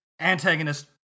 antagonist